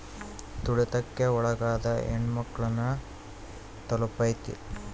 ತುಳಿತಕ್ಕೆ ಒಳಗಾದ ಹೆಣ್ಮಕ್ಳು ನ ತಲುಪೈತಿ